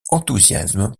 enthousiasme